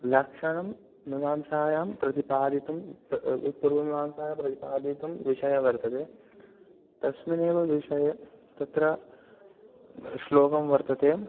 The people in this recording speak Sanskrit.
लक्षणं मीमांसायां प्रतिपादितुं प्र पूर्वमीमांसायां प्रतिपादितः विषयः वर्तते तस्मिन्नेव विषये तत्र श्लोकं वर्तते